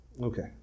Okay